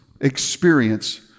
experience